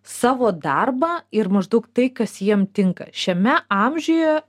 savo darbą ir maždaug tai kas jiem tinka šiame amžiuje